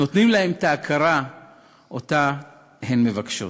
נותנים להן את ההכרה שהן מבקשות.